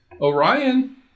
Orion